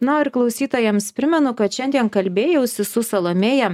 na o ir klausytojams primenu kad šiandien kalbėjausi su salomėja